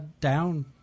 down